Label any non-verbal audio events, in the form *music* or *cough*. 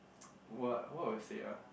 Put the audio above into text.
*noise* what what will you say ah